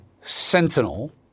sentinel